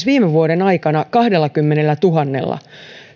viime vuoden aikana kahdellakymmenellätuhannella